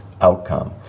outcome